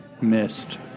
missed